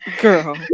Girl